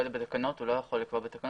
לקבוע בתקנות